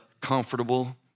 comfortable